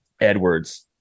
edwards